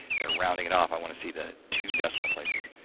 they're rounding it off. i want to see the two decimal places.